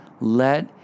let